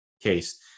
case